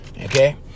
okay